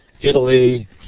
Italy